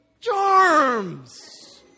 Charms